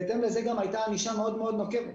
בהתאם לזה גם הייתה ענישה מאוד מאוד נוקבת.